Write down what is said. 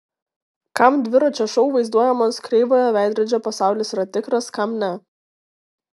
kam dviračio šou vaizduojamas kreivojo veidrodžio pasaulis yra tikras kam ne